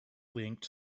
linked